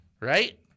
right